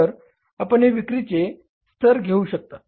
तर आपण हे विक्रीचे स्तर घेऊ शकतो